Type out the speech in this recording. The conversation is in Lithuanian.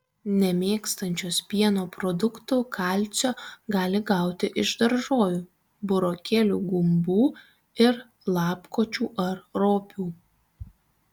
nemėgstančios pieno produktų kalcio gali gauti iš daržovių burokėlių gumbų ir lapkočių ar ropių